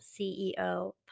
CEO